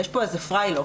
יש פה איזה פריי-לוף.